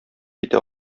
китә